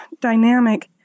dynamic